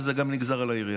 וזה נגזר גם על העירייה.